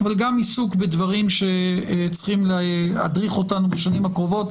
אבל גם עיסוק בדברים שצריכים להדריך אותנו בשנים הקרובות,